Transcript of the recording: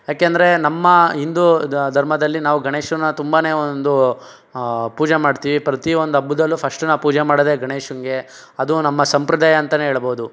ಯಾಕೆಂದರೆ ನಮ್ಮ ಹಿಂದೂ ದ ಧರ್ಮದಲ್ಲಿ ನಾವು ಗಣೇಶನ್ನ ತುಂಬಾ ಒಂದು ಪೂಜೆ ಮಾಡ್ತೀವಿ ಪ್ರತಿಯೊಂದು ಹಬ್ಬದಲ್ಲೂ ಫಸ್ಟು ನಾವು ಪೂಜೆ ಮಾಡೋದೇ ಗಣೇಶನಿಗೆ ಅದು ನಮ್ಮ ಸಂಪ್ರದಾಯ ಅಂತನೇ ಹೇಳ್ಬೋದು